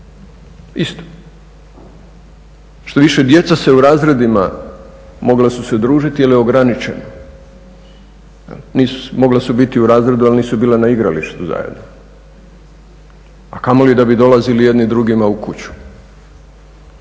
Isto. Štoviše djeca se u razredima mogla su se družiti ali ograničeno. Mogla su biti u razredu ali nisu bila na igralištu zajedno, a kamoli da bi dolazili jedni drugima u kuću.